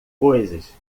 coisas